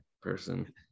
person